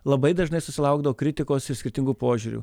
labai dažnai susilaukdavo kritikos iš skirtingų požiūrių